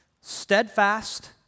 steadfast